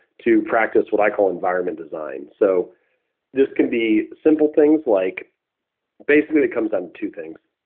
to practice what i call environment design. so this can be simple things. like basically, it comes on two things.